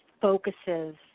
focuses